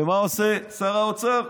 ומה עושה שר האוצר?